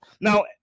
Now